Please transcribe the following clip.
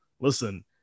listen